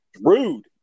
Rude